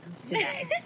today